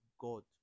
god